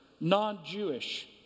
non-Jewish